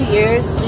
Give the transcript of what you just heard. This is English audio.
Year's